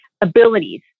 Abilities